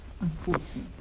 unfortunately